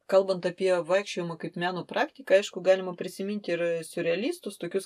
kalbant apie vaikščiojimą kaip meno praktiką aišku galima prisiminti ir siurrealistus tokius